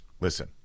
listen